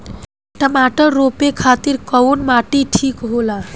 टमाटर रोपे खातीर कउन माटी ठीक होला?